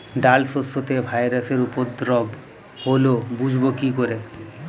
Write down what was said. ডাল শস্যতে ভাইরাসের উপদ্রব হলে বুঝবো কি করে?